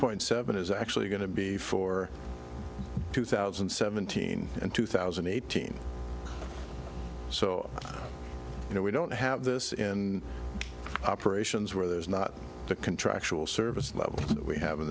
point seven is actually going to be for two thousand and seventeen and two thousand and eighteen so you know we don't have this in operations where there is not the contractual service level that we have in